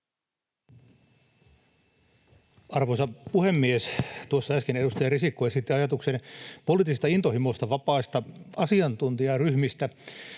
Arvoisa puhemies! Tuossa äsken edustaja Risikko esitti ajatuksen poliittisista intohimoista vapaista asiantuntijaryhmistä.